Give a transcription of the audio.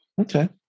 Okay